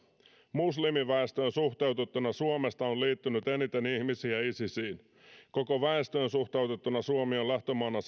muslimiväestöön suhteutettuna suomesta on liittynyt eniten ihmisiä isisiin koko väestöön suhteutettuna suomi on lähtömaana